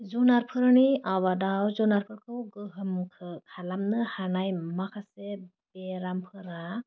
जुनारफोरनि आबादाव जुनारफोरखौ गोहोम खालामनो हानाय माखासे बेरामफोरा